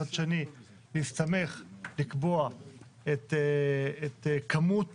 מצד שני לקבוע את כמות